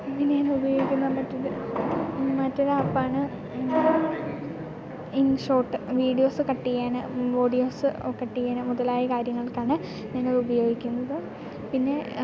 പിന്നെ ഞാൻ ഉപയോഗിക്കുന്ന മറ്റൊരു മറ്റൊരു ആപ്പാണ് ഇൻഷോട്ട് വീഡിയോസ് കട്ടുചെയ്യാൻ ഓഡിയോസ് കട്ട് ചെയ്യാൻ മുതലായ കാര്യങ്ങൾക്കാണ് ഞാൻ അത് ഉപയോഗിക്കുന്നത് പിന്നെ